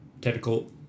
technical